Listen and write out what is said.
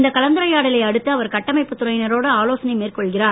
இந்த கலந்துரையாடலை அடுத்து அவர் கட்டமைப்பு துறையினரோடு ஆலோசனை மேற்கொள்கிறார்